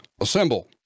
Assemble